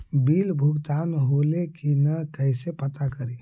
Bill भुगतान होले की न कैसे पता करी?